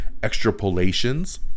Extrapolations